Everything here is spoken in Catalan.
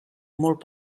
molt